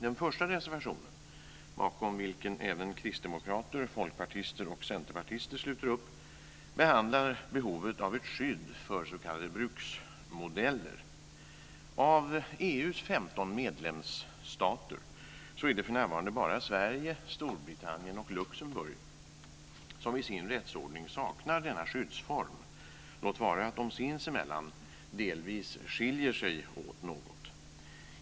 Den första reservationen, bakom vilken även kristdemokrater, folkpartister och centerpartister sluter upp, behandlar behovet av ett skydd för s.k. bruksmodeller. Av EU:s 15 medlemsstater är det för närvarande bara Sverige, Storbritannien och Luxemburg som i sin rättsordning saknar denna skyddsform, låt vara att de sinsemellan delvis skiljer sig åt något.